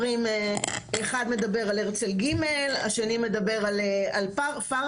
אחד מדבר על הרצל ג׳ והשני מדבר על ׳פאראדיס׳,